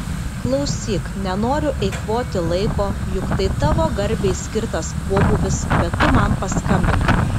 klausyk nenoriu eikvoti laiko juk tai tavo garbei skirtas pobūvis bet tu man paskambink